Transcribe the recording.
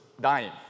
dying